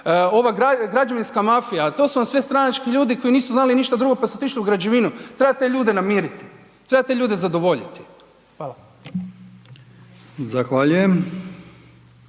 ova građevinska mafija, to su vam sve stranački ljudi koji nisu znali ništa drugo pa su otišli u građevinu, treba te ljude namiriti, treba te ljude zadovoljiti. Hvala. **Brkić,